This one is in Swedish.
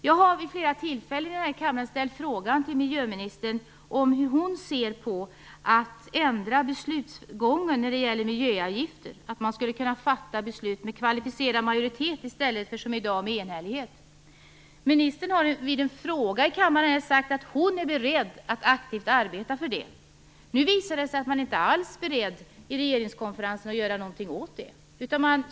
Jag har vid flera tillfällen här i kammaren ställt frågan till miljöministern hur hon ser på att ändra beslutsgången när det gäller miljöavgifter, dvs. att man skulle kunna fatta beslut med kvalificerad majoritet i stället för i enhällighet, som i dag. Ministern har på en fråga här i kammaren svarat att hon är beredd att aktivt arbeta för det. Nu visar det sig att regeringen inte alls är beredd att göra någonting åt det vid regeringskonferensen.